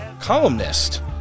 columnist